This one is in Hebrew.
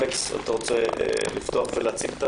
אלכס, אתה רוצה לפתוח ולהציג את